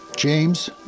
James